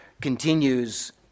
continues